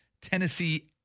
Tennessee